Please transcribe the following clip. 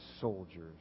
soldiers